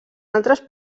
altres